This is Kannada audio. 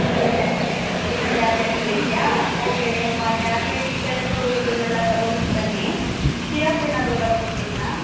ಇನ್ನೂ ಟ್ಯಾ ಇನ್ನೂ ಟ್ಯಾಬ್ಲೆಟ್ಗಳಿದೆಯಾ ಓಕೆ ನೀವು ಆ ಟ್ಯಾಬ್ಲೆಟ್ಗಳದ್ದುಇದನ್ನೆಲ್ಲ ತಗೋಬಿಟ್ಟು ಬನ್ನಿ ಶಿರಪ್ ಏನಾದ್ರು ಬರ್ಕೊಟ್ಟಿದ್ದೆನಾ